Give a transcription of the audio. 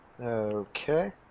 Okay